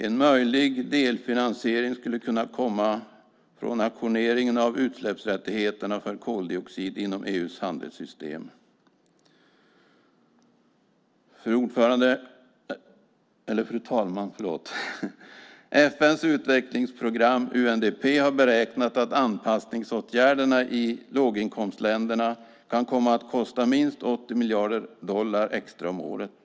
En möjlig delfinansiering skulle kunna komma från auktionering av utsläppsrättigheterna för koldioxid inom EU:s handelssystem. Fru ålderspresident! FN:s utvecklingsprogram, UNDP, har beräknat att anpassningsåtgärderna i låginkomstländerna kan komma att kosta minst 80 miljarder dollar extra om året.